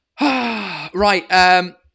Right